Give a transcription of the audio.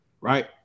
right